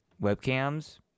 webcams